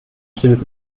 stilles